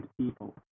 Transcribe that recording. people